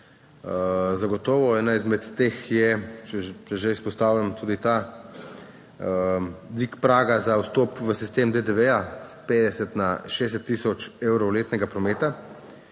Zagotovo ena izmed teh je, če že izpostavljam tudi ta dvig praga za vstop v sistem DDV s 50 na 60 tisoč evrov letnega prometa.